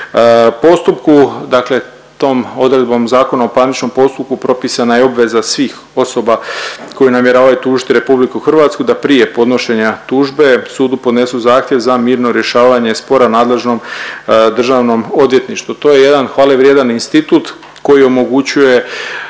postupku. Dakle, tom odredbom Zakona o parničnom postupku propisana je obveza svih osoba koje namjeravaju tužiti Republiku Hrvatsku koje namjeravaju tužiti Republiku Hrvatsku da prije podnošenja tužbe sudu podnesu zahtjev za mirno rješavanje spora nadležnom Državnom odvjetništvu. To je jedan hvale vrijedan institut koji omogućuje